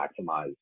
maximize